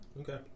Okay